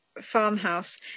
farmhouse